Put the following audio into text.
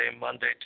Monday